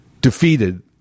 defeated